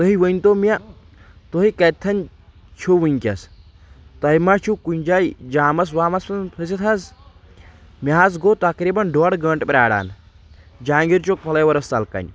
تُہۍ ؤنۍ تو مےٚ تُہۍ کتتٮ۪ن چھُو ؤنۍکیٚس تۄہہِ ما چھُو کُنہِ جایہِ جامس وامس منٛز پھٔستھ حظ مےٚ حظ گوٚو تقریٖبن ڈوڈٕ گنٛٹہٕ پراران جہانگیٖر چوک فٕلاے وٲرس تل کنۍ